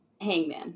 Hangman